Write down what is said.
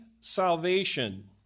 salvation